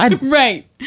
Right